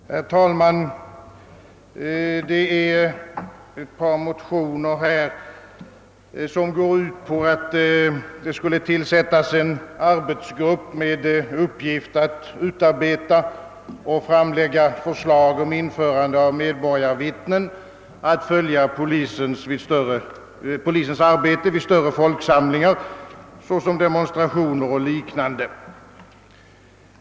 Herr talman! Här gäller det ett par motioner som går ut på att det skall tillsättas en arbetsgrupp med uppgift att utarbeta och framlägga förslag om införande av medborgarvittnen att följa polisens arbete vid större folksamlingar, såsom demonstrationer och liknande.